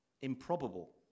improbable